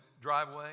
driveway